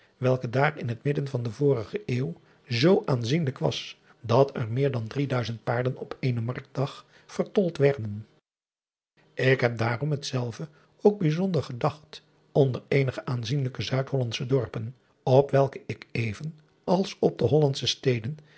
welke daar in t midden van de vorige eeuw zoo aanzienlijk was dat er meer dan drieduizend paarden op éénen marktdag vertold werden k heb daarom hetzelve ook bijzonder gedacht onder eenige aanzienlijke uidhollandsche dorpen op welke ik even als op de ollandsche steden